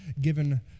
given